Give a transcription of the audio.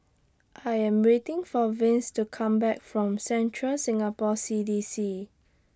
I Am waiting For Vince to Come Back from Central Singapore C D C